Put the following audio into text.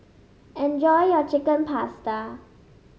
enjoy your Chicken Pasta